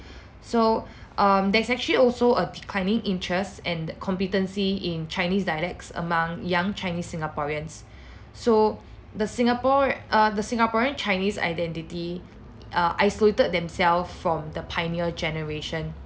so um there's actually also a declining interest and competency in chinese dialects among young chinese singaporeans so the singapore err the singaporean chinese identity err isolated themselves from the pioneer generation